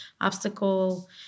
obstacle